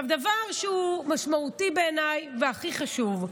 דבר שהוא משמעותי בעיניי והכי חשוב: